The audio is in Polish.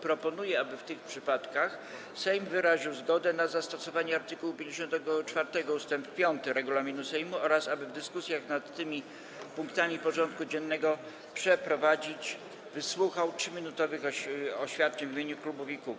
Proponuję, aby w tych przypadkach Sejm wyraził zgodę na zastosowanie art. 54 ust. 5 regulaminu Sejmu oraz aby w dyskusjach nad tymi punktami porządku dziennego wysłuchał 3-minutowych oświadczeń w imieniu klubów i kół.